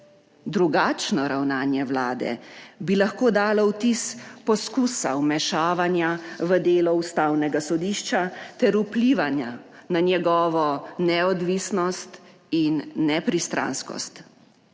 Drugačno ravnanje Vlade bi lahko dalo vtis poskusa vmešavanja v delo ustavnega sodišča ter vplivanja na njegovo neodvisnost in nepristranskost.